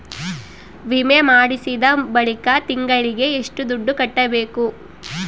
ವಿಮೆ ಮಾಡಿಸಿದ ಬಳಿಕ ತಿಂಗಳಿಗೆ ಎಷ್ಟು ದುಡ್ಡು ಕಟ್ಟಬೇಕು?